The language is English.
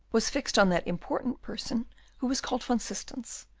was fixed on that important person who was called van systens,